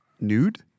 nude